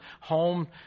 home